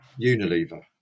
Unilever